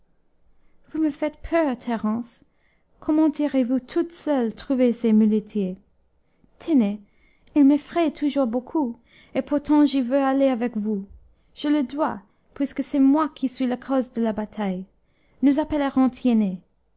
vous me faites peur thérence comment irez-vous toute seule trouver ces muletiers tenez ils m'effrayent toujours beaucoup et pourtant j'y veux aller avec vous je le dois puisque c'est moi qui suis la cause de la bataille nous appellerons